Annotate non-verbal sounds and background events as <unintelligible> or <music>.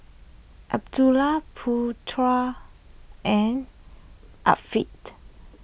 Abdul Putra and <unintelligible>